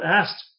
asked